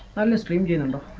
and stringent and